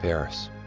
Paris